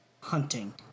hunting